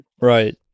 Right